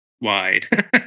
wide